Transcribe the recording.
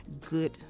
good